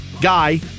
guy